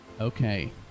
Okay